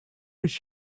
his